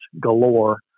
galore